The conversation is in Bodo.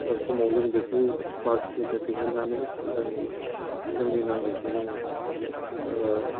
समाव जों बेखौ बाख्रिनिफ्राय दिहुननानै जों जोंनि नांगौखौ जों